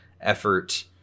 effort